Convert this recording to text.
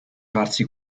farsi